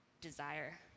desire